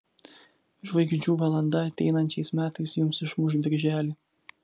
žvaigždžių valanda ateinančiais metais jums išmuš birželį